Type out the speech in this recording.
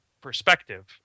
perspective